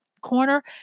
corner